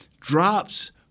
drops